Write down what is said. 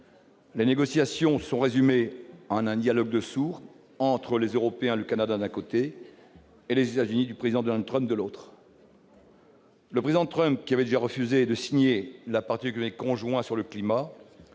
Le Président Trump, qui avait déjà refusé de signer la partie du communiqué conjoint sur le climat,